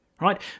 Right